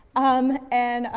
um, and, ah,